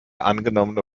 angenommene